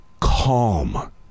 calm